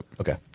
Okay